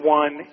one